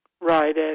Right